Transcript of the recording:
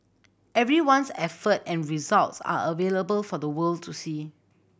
everyone's effort and results are available for the world to see